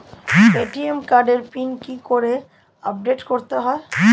ATM কার্ডের pin কি করে আপডেট করতে হয়?